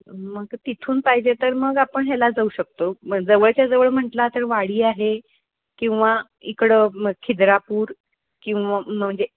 मग तिथून पाहिजे तर मग आपण ह्याला जाऊ शकतो मग जवळच्या जवळ म्हटला तर वाडी आहे किंवा इकडं मग खिद्रापूर किंवा म्हणजे